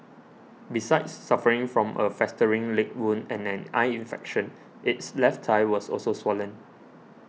besides suffering from a festering leg wound and an eye infection its left thigh was also swollen